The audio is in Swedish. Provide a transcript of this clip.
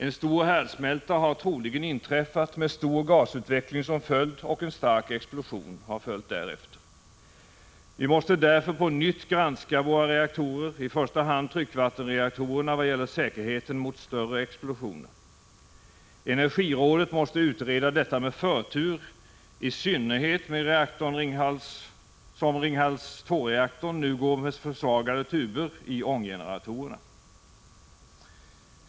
En stor härdsmälta har troligen inträffat med stor gasutveckling som följd och en stark explosion har därefter följt. Vi måste därför på nytt granska våra reaktorer, i första hand tryckvattenreaktorerna, vad gäller säkerheten mot större explosioner. Energirådet måste utreda detta med förtur, i synnerhet som reaktorn Ringhals 2 nu går med försvagade tuber i ånggeneratorerna.